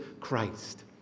Christ